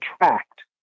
attract